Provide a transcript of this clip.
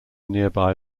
nearby